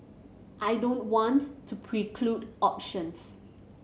I don't want to preclude options